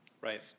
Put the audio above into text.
Right